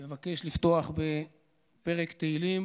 אני מבקש לפתוח בפרק תהילים